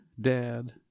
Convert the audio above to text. Dad